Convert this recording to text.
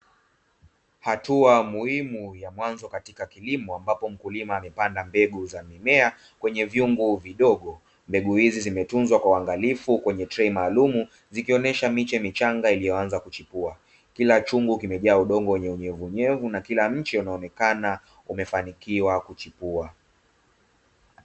Hatua muhimu ya mwanzo katika kilimo, ambapo mkulima amepanda mbegu za mimea kwenye vyungu vidogo. Mbegu hizi zimetuzwa kwa uangalifu kwenye trei maalumu, zikionesha miche michanga iliyoanza kuchipua. Kila chungu kimejaa udongo wenye unyevuunyevu na kila mche unaonekana umefanikiwa kuchipua.